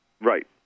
Right